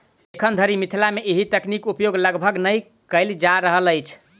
एखन धरि मिथिला मे एहि तकनीक उपयोग लगभग नै कयल जा रहल अछि